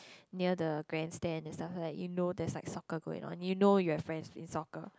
near the grandstand and stuff like that you know there's like soccer going on you know you have friends in soccer